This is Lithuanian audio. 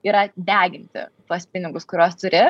yra deginti tuos pinigus kurios turi